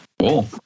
Cool